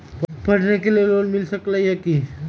पढाई के लेल लोन मिल सकलई ह की?